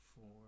four